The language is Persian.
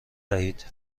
دهید